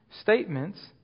statements